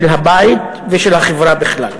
של הבית ושל החברה בכלל.